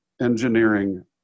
engineering